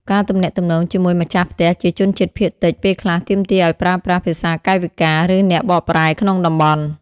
ការទំនាក់ទំនងជាមួយម្ចាស់ផ្ទះជាជនជាតិភាគតិច ពេលខ្លះ ទាមទារឱ្យប្រើប្រាស់ ភាសាកាយវិការ ឬអ្នកបកប្រែក្នុងតំបន់។